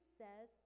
says